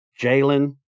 Jalen